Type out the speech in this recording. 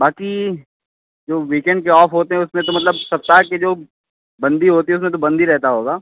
बाकी जो वीकेंड के ऑफ होते हैं उसमें मतलब सप्ताह के जो बंदी होती है उसमें तो बंद ही होता होगा